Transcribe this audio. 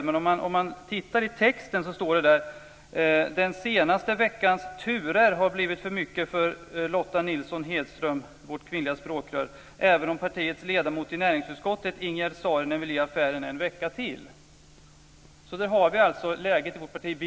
Men om man tittar i texten ser man att det står: Den senaste veckans turer har blivit för mycket för Lotta Nilsson Hedström - vårt kvinnliga språkrör - även om partiets ledamot i näringsutskottet, Ingegerd Saarinen, vill ge affären en vecka till. Där har vi läget i vårt parti.